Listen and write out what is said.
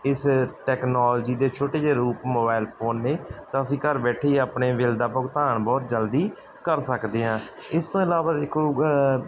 ਇਸ ਟੈਕਨੋਲਜੀ ਦੇ ਛੋਟੇ ਜਿਹੇ ਰੂਪ ਮੋਬਾਇਲ ਫੋਨ ਨੇ ਤਾਂ ਅਸੀਂ ਘਰ ਬੈਠੇ ਹੀ ਆਪਣੇ ਬਿੱਲ ਦਾ ਭੁਗਤਾਨ ਬਹੁਤ ਜਲਦੀ ਕਰ ਸਕਦੇ ਹਾਂ ਇਸ ਤੋਂ ਇਲਾਵਾ ਇੱਕ ਹੋਊਗਾ